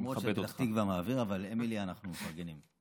למרות שפתח תקווה, אבל לאמילי אנחנו מפרגנים.